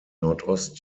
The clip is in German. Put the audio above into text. nordost